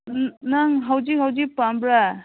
ꯅꯪ ꯍꯧꯖꯤꯛ ꯍꯧꯖꯤꯛ ꯄꯥꯝꯕ꯭ꯔ